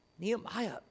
Nehemiah